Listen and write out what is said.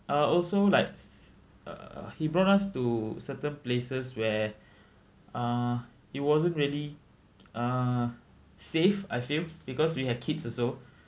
ah also like s~ uh he brought us to certain places where ah it wasn't really uh safe I feel because we have kids also